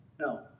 No